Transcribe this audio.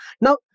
Now